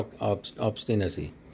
obstinacy